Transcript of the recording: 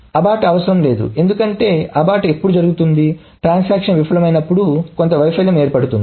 abort అవసరం లేదు ఎందుకంటే అబార్ట్ ఎప్పుడు జరుగుతుంది ట్రాన్సాక్షన్ విఫలమైనప్పుడు కొంత వైఫల్యం ఏర్పడుతుంది